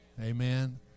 Amen